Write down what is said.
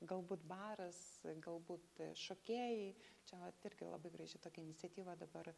galbūt baras galbūt šokėjai čia vat irgi labai graži tokia iniciatyva dabar